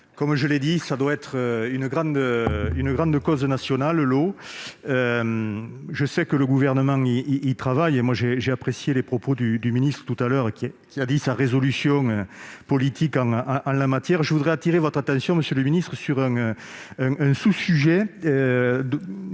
Comme je l'ai dit, l'eau doit être une grande cause nationale. Je sais que le Gouvernement y travaille. J'ai apprécié d'entendre M. le ministre exprimer sa résolution politique en la matière. Je souhaite attirer votre attention, monsieur le ministre, sur un sous-sujet